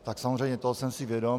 Tak samozřejmě toho jsem si vědom.